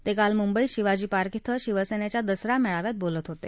मेक्काल मुंबईत शिवाजी पार्क विं शिवसन्त्विया दसरा मळीव्यात बोलत होता